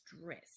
stress